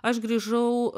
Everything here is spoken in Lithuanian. aš grįžau